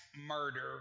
murder